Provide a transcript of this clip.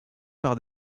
par